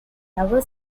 never